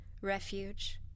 refuge